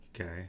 Okay